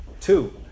Two